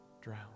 drown